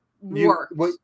works